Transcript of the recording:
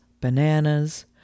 bananas